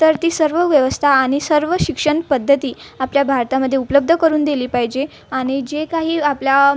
तर ती सर्व व्यवस्था आणि सर्व शिक्षण पद्धती आपल्या भारतामध्ये उपलब्ध करून दिली पाहिजे आणि जे काही आपल्या